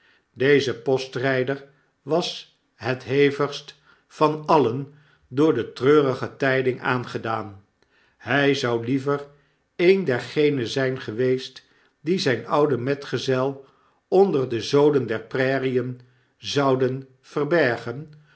deze postrijder was het hevigst van alien door de treurige tyding aangedaan hy zou liever een dergenen zyn geweest die zyn ouden metgezel onder de zoden der prairien zouden verbergen